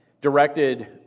directed